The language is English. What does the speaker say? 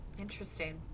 Interesting